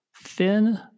thin